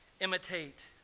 imitate